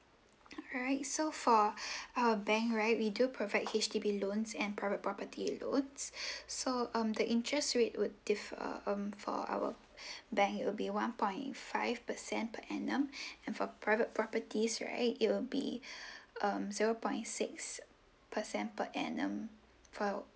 alright so for uh bank right we do provide H_D_B loans and private property loans so um the interest rate would differ um for our bank it will be one point five percent per annum and for private properties right it will be um seven point six percent per annum for